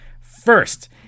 First